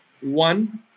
one